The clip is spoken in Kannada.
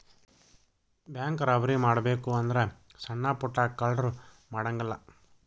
ಬ್ಯಾಂಕ್ ರಾಬರಿ ಮಾಡ್ಬೆಕು ಅಂದ್ರ ಸಣ್ಣಾ ಪುಟ್ಟಾ ಕಳ್ರು ಮಾಡಂಗಿಲ್ಲಾ